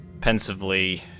pensively